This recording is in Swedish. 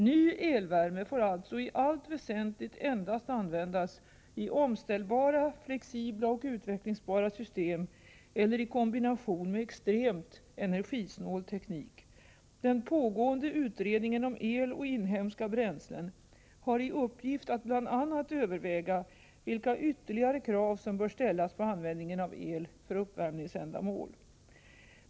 Ny elvärme får alltså i allt väsentligt endast användas i omställbara, flexibla och utvecklingsbara system eller i kombination med extremt energisnål teknik. Den pågående utredningen om el och inhemska bränslen har i uppgift att bl.a. överväga vilka ytterligare krav som bör ställas på användningen av el för uppvärmningsändamål.